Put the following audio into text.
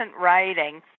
writing